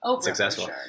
successful